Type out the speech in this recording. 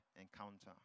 encounter